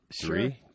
Three